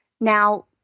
Now